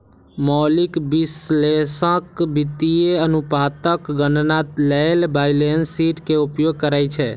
मौलिक विश्लेषक वित्तीय अनुपातक गणना लेल बैलेंस शीट के उपयोग करै छै